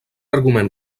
argument